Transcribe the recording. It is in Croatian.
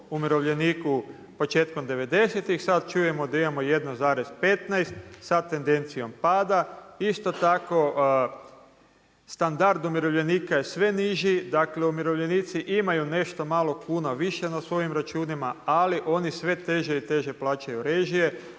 umirovljeniku početkom 90'-tih, sad čujemo da imamo 1,15 sa tendencijom pada. Isto tako standard umirovljenika je sve niži, dakle umirovljenici imaju nešto malo kuna više na svojim računima, ali oni sve teže i teže plaćaju režije,